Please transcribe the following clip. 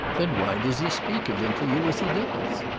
then why does he speak of them to you as he does?